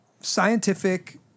Scientific